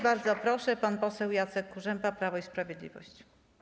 Bardzo proszę, pan poseł Jacek Kurzępa, Prawo i Sprawiedliwość.